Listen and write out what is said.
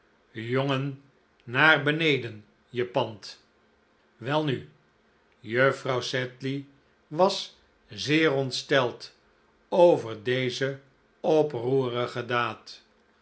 jongen naar beneden je pant a welnu juffrouw sedley was zeer ontsteld over deze oproerige daad